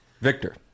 Victor